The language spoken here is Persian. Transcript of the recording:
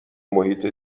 محیط